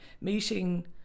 meeting